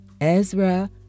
Ezra